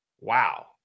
Wow